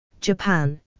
Japan